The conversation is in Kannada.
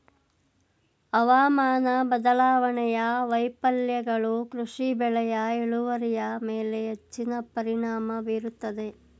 ಹವಾಮಾನ ಬದಲಾವಣೆಯ ವೈಫಲ್ಯಗಳು ಕೃಷಿ ಬೆಳೆಯ ಇಳುವರಿಯ ಮೇಲೆ ಹೆಚ್ಚಿನ ಪರಿಣಾಮ ಬೀರುತ್ತದೆ